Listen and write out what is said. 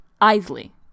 Isley